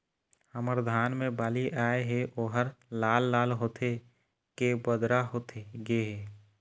हमर धान मे बाली आए हे ओहर लाल लाल होथे के बदरा होथे गे हे?